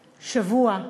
שבוע,